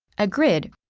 a grid,